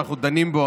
שאנחנו דנים בו,